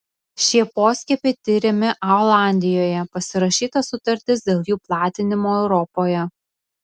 šie poskiepiai tiriami olandijoje pasirašyta sutartis dėl jų platinimo europoje